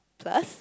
plus